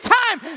time